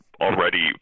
already